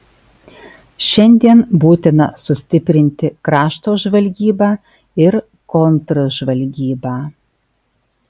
šiandien būtina sustiprinti krašto žvalgybą ir kontržvalgybą